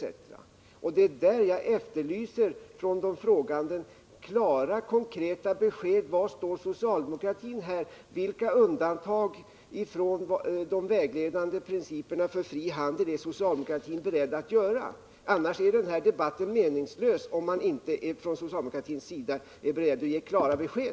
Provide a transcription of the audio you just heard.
Det är på den punkten jag efterlyser klara besked från frågeställarna: Var står socialdemokratin här? Vilka undantag från de vägledande principerna för fri handel är socialdemokratin beredd att göra? Debatten är meningslös om man inte från socialdemokratins sida är beredd att ge klara besked.